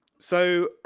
so,